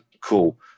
cool